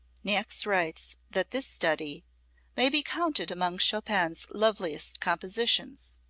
niecks writes that this study may be counted among chopin's loveliest compositions.